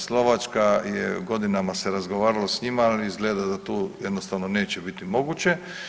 Slovačka je, godinama se razgovaralo s njima, ali izgleda da tu jednostavno neće biti moguće.